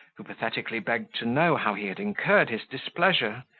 who pathetically begged to know how he had incurred his displeasure,